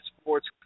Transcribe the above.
Sports